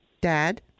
Dad